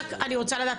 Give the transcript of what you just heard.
אני רק רוצה לדעת,